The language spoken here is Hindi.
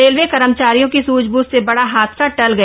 रेलवे कर्मचारियों की सूझ बूझ से बड़ा हादसा टल गया